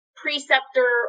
preceptor